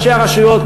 ראשי הרשויות,